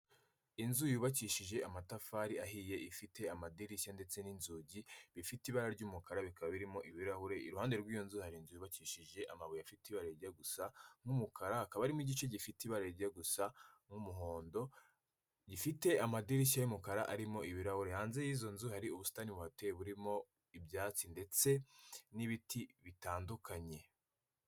Inzu yubakishije amatafari ahiye ifite amadirishya ndetse n'inzugi bifite ibara ry'umukara bikaba birimo ibirahuri, iruhande rw'iyo nzu hari inzu yubakishije amabuye afite ibajya gusa nk'umukara, hakaba harimo igice gifite ibara rijya gusa nk'umuhondo. Ifite amadirishya y'umukara arimo ibirahuri, hanze y'izo nzu hari ubusitani buhate burimo ibyatsi ndetse n'ibiti bitandukanye.